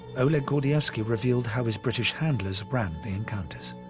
oleg gordievsky revealed how his british handlers ran the encounters.